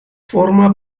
forma